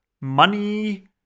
money